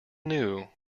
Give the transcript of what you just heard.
knew